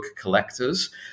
collectors